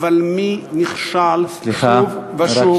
אבל מי נכשל שוב ושוב?